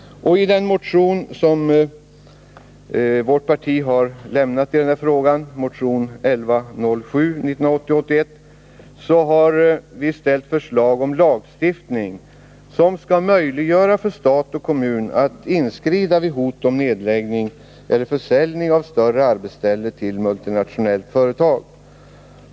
I den motion som vårt parti har lämnat i denna fråga, motion 1980/81:1107, har vpk ställt förslag om lagstiftning som skall möjliggöra för stat och kommun att inskrida vid hot om nedläggning eller försäljning av större arbetsställe till multinationellt företag.